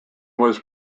was